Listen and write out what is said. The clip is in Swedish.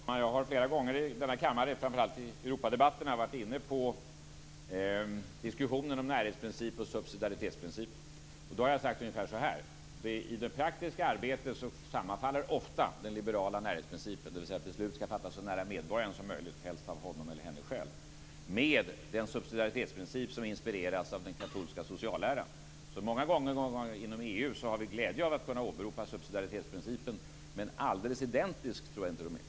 Fru talman! Jag har flera gånger i denna kammare, framför allt i Europadebatterna, varit inne på diskussionen om närhetsprincip och subsidiaritetsprincip. Då har jag sagt ungefär så här: I det praktiska arbetet sammanfaller ofta den liberala närhetsprincipen, dvs. att beslut skall fattas så nära medborgaren som möjligt och helst av honom eller henne själv, med den subsidiaritetsprincip som inspirerats av den katolska socialläran. Många gånger har vi glädje av att kunna åberopa subsidiaritetsprincipen inom EU, men jag tror inte att de är alldeles identiska.